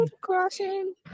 crossing